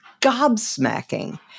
gobsmacking